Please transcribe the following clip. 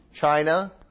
China